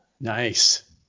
Nice